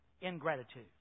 ingratitude